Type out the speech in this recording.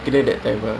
mm